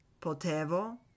Potevo